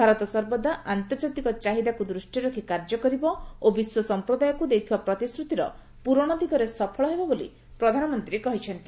ଭାରତ ସର୍ବଦା ଆନ୍ତର୍ଜାତିକ ଚାହିଦାକୁ ଦୃଷ୍ଟିରେ ରଖି କାର୍ଯ୍ୟ କରିବ ଓ ବିଶ୍ୱ ସମ୍ପ୍ରଦାୟକୁ ଦେଇଥିବା ପ୍ରତିଶ୍ରତିର ପୂରଣ ଦିଗରେ ସଫଳ ହେବ ବୋଲି ପ୍ରଧାନମନ୍ତ୍ରୀ କହିଚ୍ଛନ୍ତି